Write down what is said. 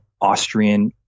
Austrian